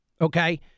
Okay